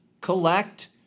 collect